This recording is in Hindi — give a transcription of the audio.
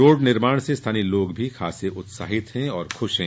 रोड निर्माण से स्थानीय लोग भी खासे उत्साहित और खुश हैं